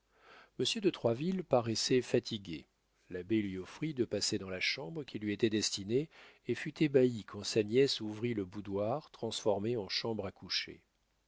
de troisville paraissait fatigué l'abbé lui offrit de passer dans la chambre qui lui était destinée et fut ébahi quand sa nièce ouvrit le boudoir transformé en chambre à coucher